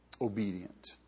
obedient